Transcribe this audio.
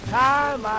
time